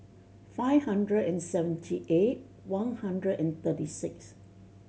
five hundred and seventy eight one hundred and thirty six